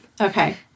Okay